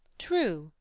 true,